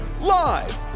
live